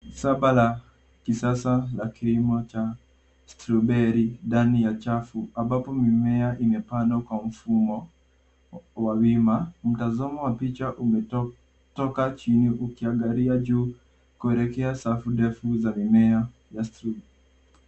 Shamba la kisasa la kilimo cha strawberry ndani ya chafu ambapo mimea imepandwa kwa mfumo wa wima. Mtazamo wa picha umetoka chini ukiangalia juu kuelekea safu ndefu za mimea ya straw .